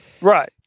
Right